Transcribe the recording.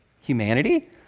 humanity